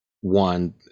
one